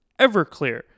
Everclear